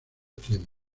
tiempo